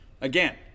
Again